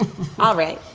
all right.